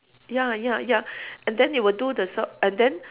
ya ya ya and then it will do the job and then